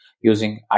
using